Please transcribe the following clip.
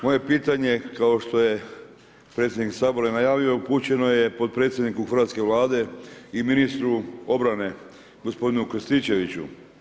Moje je pitanje kao što je predsjednik Sabora i najavio upućeno je potpredsjedniku hrvatske Vlade i ministru obrane gospodinu Krstičeviću.